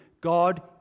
God